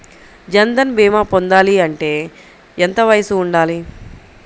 జన్ధన్ భీమా పొందాలి అంటే ఎంత వయసు ఉండాలి?